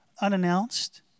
unannounced